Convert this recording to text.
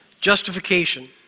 Justification